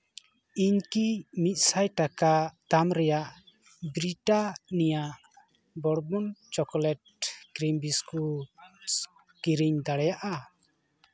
ᱤᱧ ᱠᱤ ᱢᱤᱫᱥᱟᱭ ᱴᱟᱠᱟ ᱫᱟᱢ ᱨᱮᱭᱟᱜ Britannia bourbon chocolate cream biscuit ᱠᱤᱨᱤᱧ ᱫᱟᱲᱮᱭᱟᱜᱼᱟ